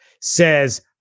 says